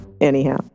anyhow